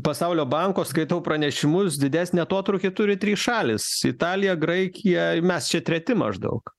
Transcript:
pasaulio banko skaitau pranešimus didesnį atotrūkį turi trys šalys italija graikija mes čia treti maždaug